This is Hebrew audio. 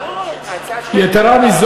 ההצעה שלך היא מעולה,